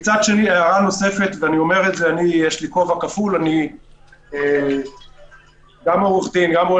יש לי כובע כפול אני גם עורך דין וגם רואה